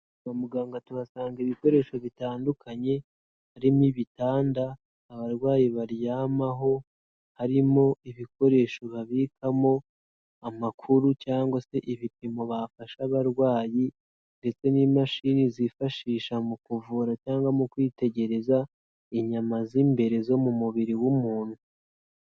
Kwa muganga tuhasanga ibikoresho bitandukanye, harimo ibitanda abarwayi baryamaho, harimo ibikoresho babikamo amakuru cyangwa se ibipimo bafashe abarwayi ndetse n'imashini zifashishwa mu kuvura cyangwa mu kwitegereza, inyama z'imbere zo mu mubiri w'umuntu.